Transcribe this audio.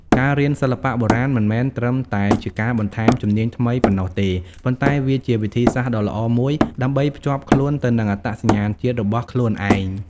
ការរៀនសិល្បៈបុរាណមិនមែនត្រឹមតែជាការបន្ថែមជំនាញថ្មីប៉ុណ្ណោះទេ ប៉ុន្តែវាជា វិធីសាស្ត្រដ៏ល្អមួយដើម្បីភ្ជាប់ខ្លួនទៅនឹងអត្តសញ្ញាណជាតិ របស់ខ្លួនឯង។